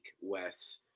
Wes